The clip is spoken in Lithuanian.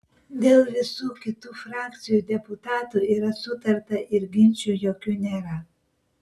dėl visų kitų frakcijų deputatų yra sutarta ir ginčų jokių nėra